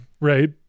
right